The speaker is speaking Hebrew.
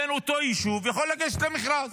בן אותו יישוב, יכול לגשת למכרז.